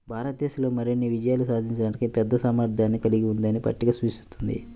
భారతదేశం మరిన్ని విజయాలు సాధించడానికి పెద్ద సామర్థ్యాన్ని కలిగి ఉందని పట్టిక సూచిస్తుంది